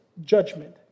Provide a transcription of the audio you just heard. judgment